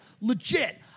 Legit